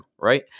right